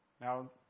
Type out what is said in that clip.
now